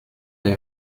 der